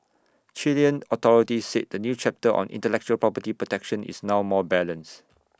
Chilean authorities say the new chapter on intellectual property protection is now more balanced